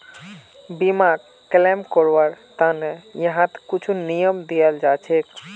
बीमाक क्लेम करवार त न यहात कुछु नियम दियाल जा छेक